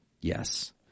Yes